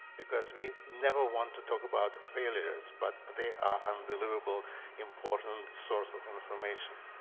because we never want to talk about failures. but they are unbelievable important source of information.